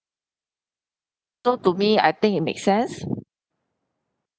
so to me I think it make sense